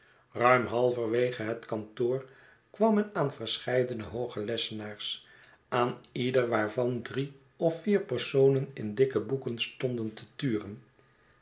ruim halverwege het kantoor kwam men aan verscheidene hooge lessenaars aan ieder waarvan drie of vier personen in dikke boeken stonden te turen